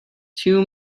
too